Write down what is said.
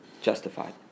justified